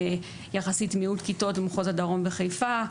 ויחסית מיעוט כיתות במחוז הדרום וחיפה.